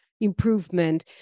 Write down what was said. Improvement